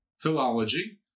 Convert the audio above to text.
philology